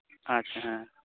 ᱟᱪᱪᱷ ᱦᱮᱸ